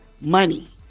money